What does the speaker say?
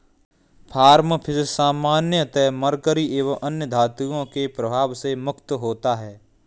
farm fish सामान्यतः mercury एवं अन्य धातुओं के प्रभाव से मुक्त होता है